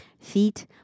Feet